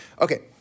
Okay